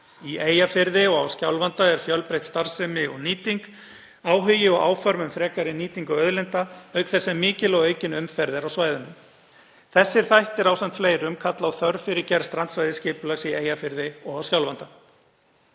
Í Eyjafirði og á Skjálfanda er fjölbreytt starfsemi og nýting, áhugi og áform um frekari nýtingu auðlinda auk þess sem mikil og aukin umferð er á svæðunum. Þessir þættir ásamt fleirum kalla á þörf fyrir gerð strandsvæðisskipulags í Eyjafirði og á Skjálfanda.